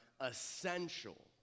essential